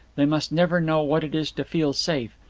they must never know what it is to feel safe.